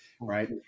Right